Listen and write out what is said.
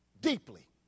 deeply